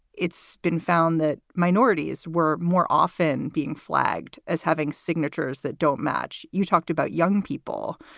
it's been found that minorities were more often being flagged as having signatures that don't match. you talked about young people.